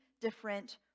different